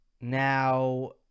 Now